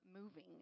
moving